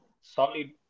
solid